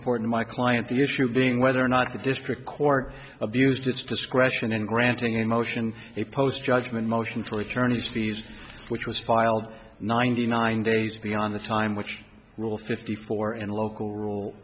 important my client the issue being whether or not the district court abused its discretion in granting a motion a post judgment motion three journeys b s which was filed ninety nine days beyond the time which rule fifty four and local rule